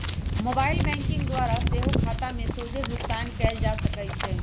mobile banking द्वारा सेहो खता में सोझे भुगतान कयल जा सकइ छै